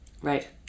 Right